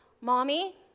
Mommy